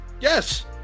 Yes